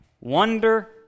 Wonder